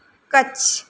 Kutch